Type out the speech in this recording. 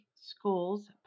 schools